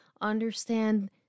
understand